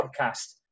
podcast